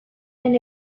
and